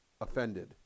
offended